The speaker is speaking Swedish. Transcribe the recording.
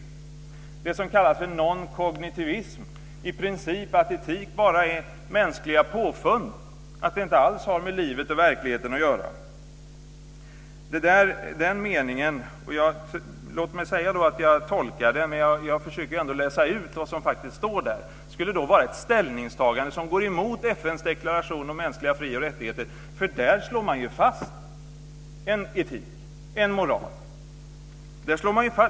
Det är det som kallas för non-kognitivism, att etik i princip bara är mänskliga påfund som inte alls har med livet och verkligheten att göra. Låt mig säga att jag tolkar den här meningen, men jag försöker ändå läsa ut vad som faktiskt står där. Det skulle alltså vara ett ställningstagande som går mot FN:s deklaration om mänskliga fri och rättigheter. Där slår man ju fast en etik, en moral.